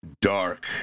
dark